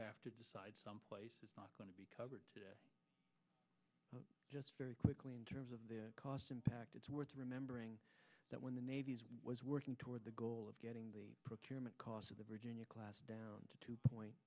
have to decide someplace it's not going to be covered just very quickly in terms of the cost impact it's worth remembering that when the navy's was working toward the goal of getting the procurement cost of the virginia class down to two point